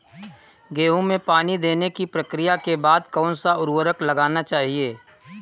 गेहूँ में पानी देने की प्रक्रिया के बाद कौन सा उर्वरक लगाना चाहिए?